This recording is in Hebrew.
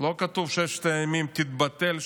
לא כתוב "ששת ימים תתבטל",